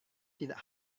tidak